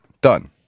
Done